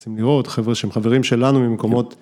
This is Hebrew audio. רוצים לראות, הם חברה שהם חברים שלנו ממקומות.